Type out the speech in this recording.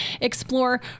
explore